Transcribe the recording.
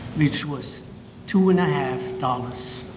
which was two and a half dollars.